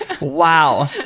Wow